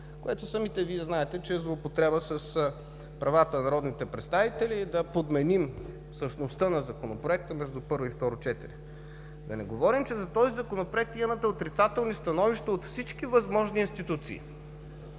което Вие самите знаете, че е злоупотреба с правата на народните представители – да подменим същността на Законопроекта между първо и второ четене. Да не говорим, че по този Законопроект имате отрицателни становища от всички възможни институции